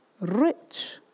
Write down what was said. rich